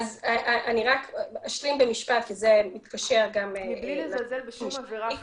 מבלי לזלזל בחומרתה של כל עבירה אחרת,